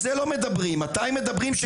מתי מדברים?